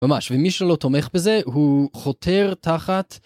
ממש, ומי שלא תומך בזה, הוא חותר תחת...